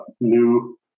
new